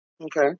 Okay